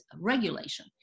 regulation